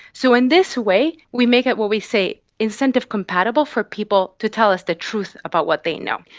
so in this way we make it what we say incentive compatible for people to tell us the truth about what they know.